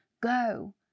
go